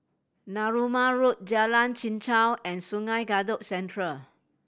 Narooma Road Jalan Chichau and Sungei Kadut Central